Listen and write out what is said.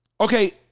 Okay